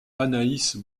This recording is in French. anaïs